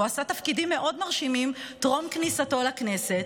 והוא עשה תפקידים מאוד מרשימים טרום כניסתו לכנסת,